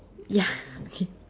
ya okay